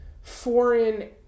foreign